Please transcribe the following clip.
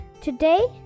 Today